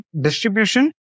distribution